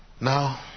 Now